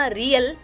real